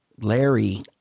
Larry